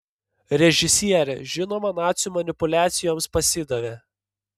režisierė žinoma nacių manipuliacijoms pasidavė